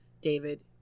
David